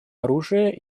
оружия